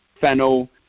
fennel